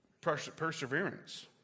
perseverance